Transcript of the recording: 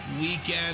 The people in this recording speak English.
weekend